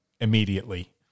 immediately